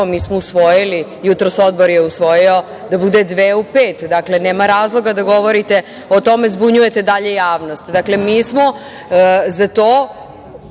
mi smo usvojili, jutros je Odbor usvojio da bude dve u pet. Dakle, nema razloga da govorite o tome zbunjujete dalje javnost. Dakle, mi smo za to,